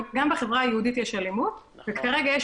גם בחברה היהודית יש אלימות וכרגע יש